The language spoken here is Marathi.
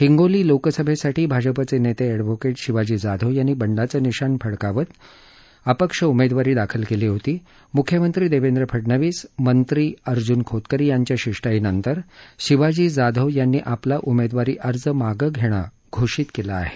हिंगोली लोकसभेसाठी भाजपचे नेते एडवोकेट शिवाजी जाधव यांनी बंडाचे निशाण फडकावत अपक्ष उमेदवारी दाखल केली होती मुख्यमंत्री देवेंद्र फडणवीस मंत्री अर्जुन खोतकर यांच्या शिष्टाई नंतर शिवाजी जाधव यांनी आपला उमेदवारी अर्ज मागे घेणं घोषित केलं आहे